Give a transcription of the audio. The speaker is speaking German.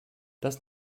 das